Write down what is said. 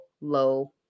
low